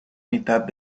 mitad